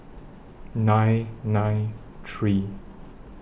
nine nine three